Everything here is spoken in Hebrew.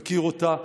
מכיר אותה.